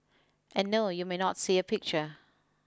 and no you may not see a picture